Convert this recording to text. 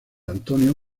antonio